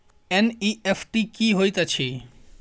NEFT की होइत अछि?